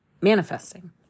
manifesting